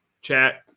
chat